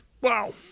Wow